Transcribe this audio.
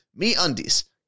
MeUndies